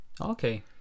Okay